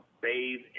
bathe